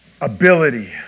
Ability